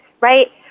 right